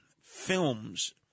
films